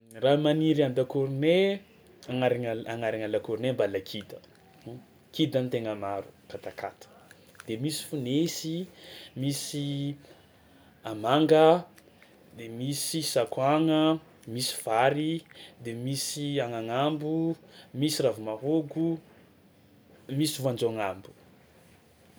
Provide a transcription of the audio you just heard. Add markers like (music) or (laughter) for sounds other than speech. Raha maniry an-dakoronay agnarana agnarana lakoronay ambalakida (noise) kida no tegna maro katakata de misy fo nisy misy a manga de misy sakoagna, misy vary de misy agnanambo, misy ravimahôgo, misy voanjo agnabo.